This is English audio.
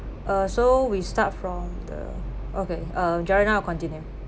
uh so we start from the okay uh joanna continue